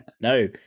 No